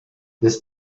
this